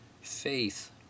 faith